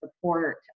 support